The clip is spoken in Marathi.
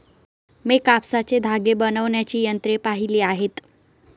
मी कापसाचे धागे बनवण्याची यंत्रे पाहिली आहेत